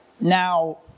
now